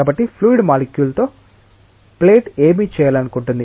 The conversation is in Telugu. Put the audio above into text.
కాబట్టి ఫ్లూయిడ్ మాలిక్యుల్ తో ప్లేట్ ఏమి చేయాలనుకుంటుంది